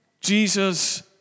Jesus